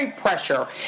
pressure